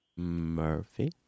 Murphy